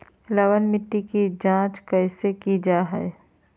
लवन मिट्टी की जच कैसे की जय है?